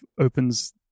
opens